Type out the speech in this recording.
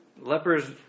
Lepers